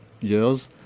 years